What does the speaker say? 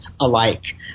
alike